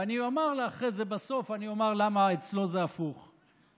ואני אומר אחרי זה בסוף למה אצלו זה הפוך,